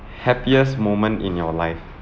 happiest moment in your life